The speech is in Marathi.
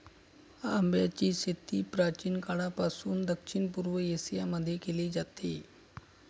आंब्याची शेती प्राचीन काळापासून दक्षिण पूर्व एशिया मध्ये केली जाते